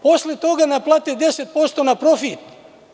Posle toga naplate 10% na profit.